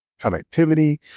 connectivity